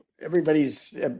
everybody's